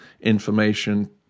information